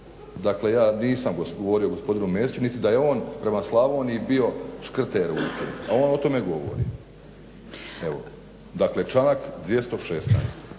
Dakle, ja nisam govorio gospodinu Mesiću niti da je on prema Slavoniji bio škrte ruke, a on o tome govori. Evo, dakle članak 216.